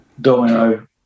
Domino